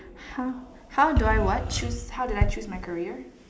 !huh! how do I what choose how did I choose my career